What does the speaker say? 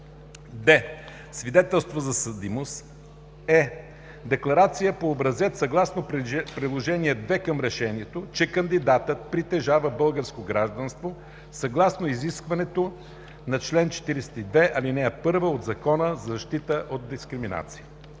д) свидетелство за съдимост; е) декларация по образец, съгласно Приложение № 2 към решението, че кандидатът притежава българско гражданство, съгласно изискването на чл. 42, ал. 1 от Закона за защита от дискриминация;